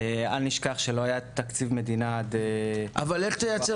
בל נשכח שלא היה תקציב מדינה עד --- אבל איך תייצר